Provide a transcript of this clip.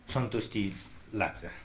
सन्तुष्टि लाग्छ